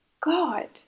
God